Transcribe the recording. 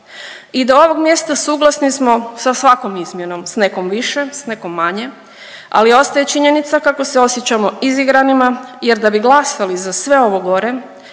I do ovog mjesta suglasni smo sa svakom izmjenom, s nekom više, s nekom manje, ali ostaje činjenica kako se osjećamo izigranima jer da bi glasali za sve ovo gore,